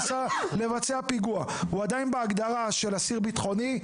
ניסה לבצע פיגוע הוא עדיין בהגדרה של אסיר בטחוני,